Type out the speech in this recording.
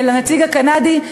וקמנו והתיישבנו לנציג הקנדי,